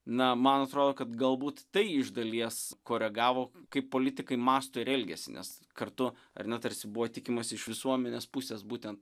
na man atrodo kad galbūt tai iš dalies koregavo kaip politikai mąsto ir elgiasi nes kartu ar ne tarsi buvo tikimasi iš visuomenės pusės būtent